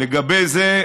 לגבי זה,